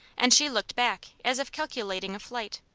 and she looked back as if calculating a flight.